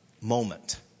moment